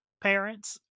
parents